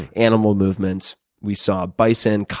animal movement. we saw bison,